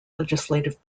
legislative